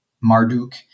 Marduk